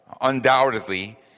undoubtedly